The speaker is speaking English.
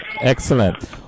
excellent